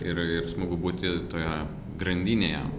ir ir smagu būti toje grandinėje